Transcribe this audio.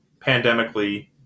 pandemically